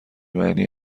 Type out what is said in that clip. معنی